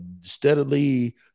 steadily